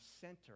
center